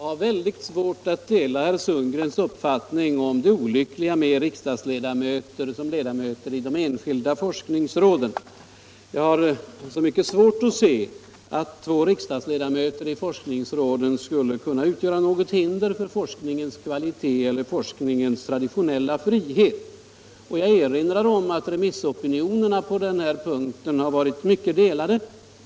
Herr talman! Jag har svårt att dela herr Sundgrens uppfattning om det olyckliga med riksdagsledamöter i de enskilda forskningsråden. Jag har också svårt att se att två riksdagsledamöter i forskningsråden skulle kunna utgöra något hinder för forskningens kvalitet eller traditionella frihet. Jag erinrar om att remissopinionerna på denna punkt varit mycket delade.